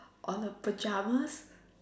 on the pyjamas